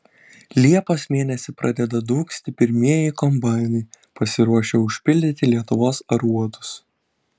liepos mėnesį pradeda dūgzti pirmieji kombainai pasiruošę užpildyti lietuvos aruodus